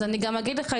אני גם אגיד לך,